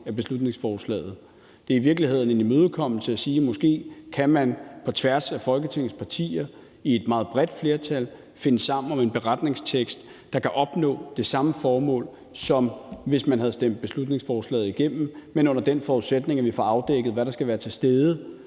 af beslutningsforslaget. Det er i virkeligheden en imødekommelse at sige: Måske kan man på tværs af Folketingets partier i et meget bredt flertal finde sammen om en beretningstekst, der kan opfylde det samme formål, som hvis man havde stemt beslutningsforslaget igennem, men under den forudsætning, at vi får afdækket, hvad der skal være til stede